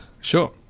Sure